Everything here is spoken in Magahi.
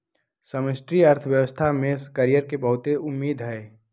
समष्टि अर्थशास्त्र में कैरियर के बहुते उम्मेद हइ